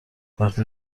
وقتی